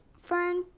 fern,